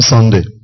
Sunday